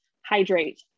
hydrate